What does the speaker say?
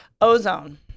Ozone